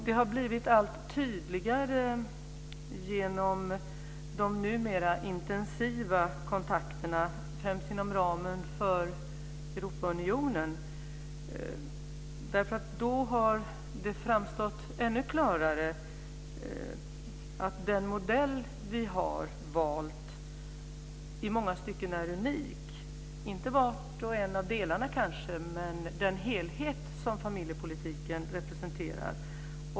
Det har blivit allt tydligare, genom de numera intensiva kontakterna främst inom ramen för Europaunionen, och framstått ännu klarare att den modell vi har valt i många stycken är unik, inte bara var och en av delarna kanske utan den helhet som familjepolitiken representerar.